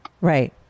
Right